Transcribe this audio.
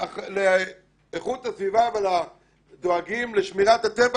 לאיכות הסביבה ולדואגים לשמירת הטבע